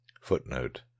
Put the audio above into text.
footnote